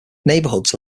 neighborhoods